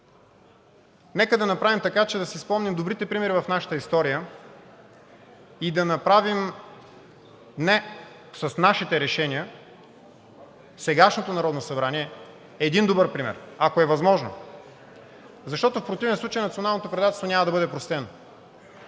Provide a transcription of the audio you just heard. Нека да направим така, че да си спомним добрите примери в нашата история и да направим с нашите решения – сегашното Народно събрание, един добър пример, ако е възможно, защото в противен случай националното предателство няма да бъде простено,